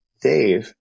Dave